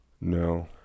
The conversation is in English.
No